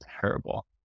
terrible